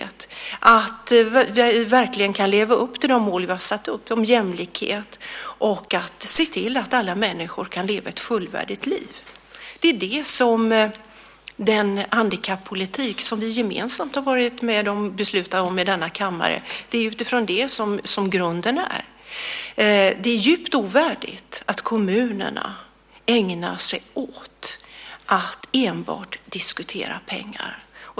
Vi måste se till att vi verkligen kan leva upp till de mål vi har satt upp om jämlikhet och att alla människor kan leva ett fullvärdigt liv. Det är grunden för den handikappolitik som vi gemensamt har varit med och beslutat om i denna kammare. Det är djupt ovärdigt att kommunerna ägnar sig åt att enbart diskutera pengar.